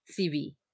CV